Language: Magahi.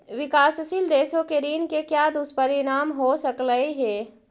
विकासशील देशों के ऋण के क्या दुष्परिणाम हो सकलई हे